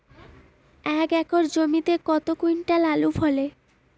এক একর জমিতে কত কুইন্টাল আলু ফলে?